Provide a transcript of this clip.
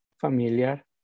familiar